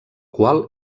qual